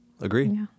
Agree